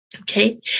Okay